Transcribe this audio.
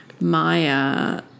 Maya